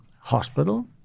hospital